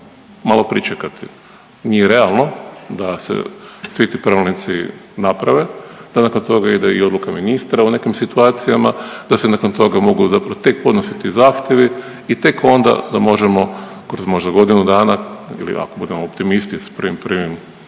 malo pričekati. Nije realno da se svi ti pravilnici naprave, da nakon toga ide i odluka ministra u nekim situacijama, da se nakon toga mogu zapravo tek podnositi zahtjevi i tek onda ga možemo kroz možda godinu dana ili ako budemo optimisti s 1.1. dakle